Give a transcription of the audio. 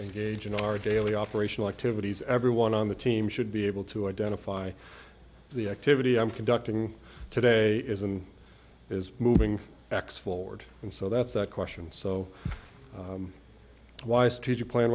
engage in our daily operational activities everyone on the team should be able to identify the activity i'm conducting today is and is moving x forward and so that's that question so wise to your plan